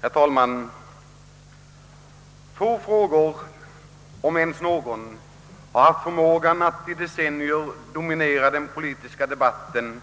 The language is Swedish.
Herr talman! Få frågor om ens någon har haft förmågan att under decennier dominera den politiska debatten